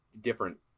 different